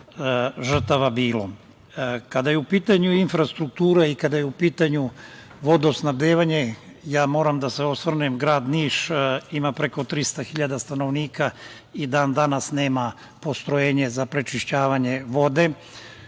žrtava bilo. Kada je u pitanju infrastruktura i kada je u pitanju vodosnabdevanje, ja moram da se osvrnem, grad Niš ima preko 300 hiljada stanovnika i dan danas nema postrojenje za prečišćavanje vode.